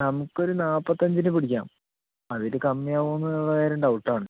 നമുക്ക് ഒരു നാപ്പത്തഞ്ചിന് പിടിക്കാം അത് ഒര് കമ്മി ആകുവൊന്ന് ഉള്ള കാര്യം ഡൗട്ട് ആണ്